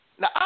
Now